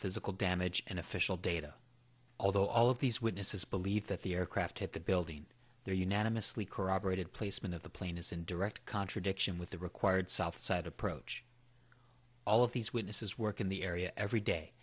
physical damage in official data although all of these witnesses believe that the aircraft hit the building their unanimously corroborated placement of the plane is in direct contradiction with the required southside approach all of these witnesses work in the area every day